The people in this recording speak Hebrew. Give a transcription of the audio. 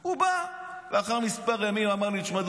הוא בא לאחר מספר ימים ואמר לי: תשמע,